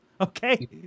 Okay